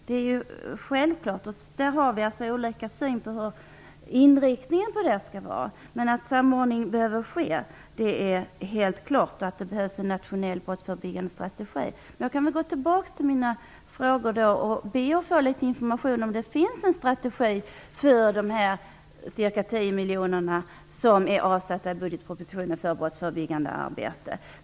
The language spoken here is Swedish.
Det är självklart. Vi har olika syn på vilken inriktning man skall ha, men att samordning behöver ske, att det behövs en nationell brottsförebyggande strategi, det är helt klart. Jag vill gå tillbaka till mina frågor och be att få information om ifall det finns en strategi för de ca 10 miljoner som är avsatta i budgetpropositionen för brottsförebyggande arbete.